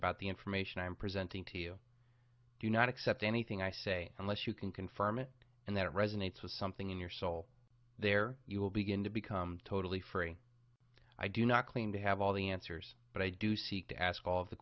about the information i am presenting to you do not accept anything i say unless you can confirm it and that resonates with something in your soul there you will begin to become totally free i do not claim to have all the answers but i do seek to ask all of the